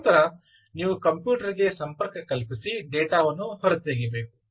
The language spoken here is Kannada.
ನಂತರ ನೀವು ಕಂಪ್ಯೂಟರ್ ಗೆ ಸಂಪರ್ಕ ಕಲ್ಪಿಸಿ ಡೇಟಾ ವನ್ನು ಹೊರತೆಗೆಯಬೇಕು